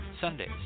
Sundays